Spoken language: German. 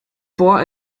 boah